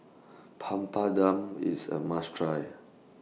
Papadum IS A must Try